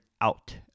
OUT